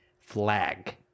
flag